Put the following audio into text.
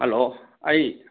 hello ꯑꯩ